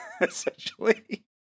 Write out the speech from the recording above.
essentially